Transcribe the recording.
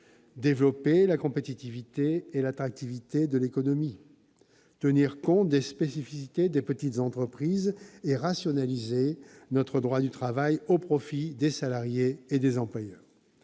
développer la compétitivité et l'attractivité de l'économie, tenir compte des spécificités des petites entreprises et rationaliser notre droit du travail au profit des salariés et des employeurs.